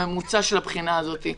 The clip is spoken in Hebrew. הממוצע של הבחינה הזאת.